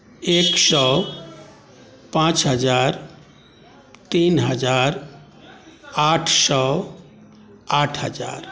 एक सए पाँच हजार तीन हजार आठ सए आठ हजार